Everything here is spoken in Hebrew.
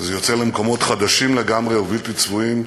וזה יוצא למקומות חדשים לגמרי, ובלתי צפויים,